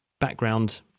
background